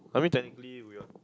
I mean technically we are